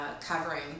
covering